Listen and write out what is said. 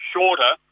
shorter